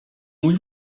mój